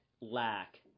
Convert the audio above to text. lack